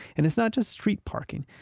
and it's not just street parking.